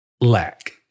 Lack